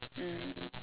mm